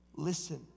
Listen